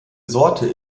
sorte